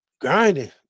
grinding